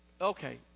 okay